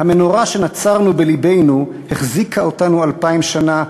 המנורה שנצרנו בלבנו החזיקה אותנו אלפיים שנה,